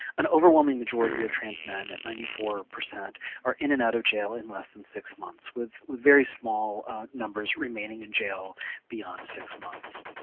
an overwhelming majority of trans men, at ninety four, are in and out of jail in less than six months, with with very small numbers remaining in jail beyond six months.